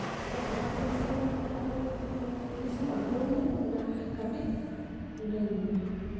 ᱚᱱᱟᱛᱮᱥᱮ ᱟᱨᱚᱧ ᱛᱤᱥᱮᱢ ᱟᱹᱜᱩ ᱤᱧᱟᱹ ᱚᱱᱟ ᱠᱟᱹᱴᱤᱡ ᱞᱟᱹᱭᱟᱹᱧ ᱢᱮ